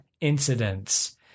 incidents